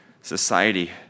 society